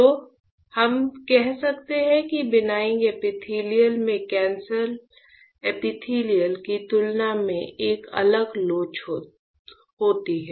तो हम कह सकते हैं कि बिनाइन एपिथेलियल में कैंसर एपिथेलियल की तुलना में एक अलग लोच होती है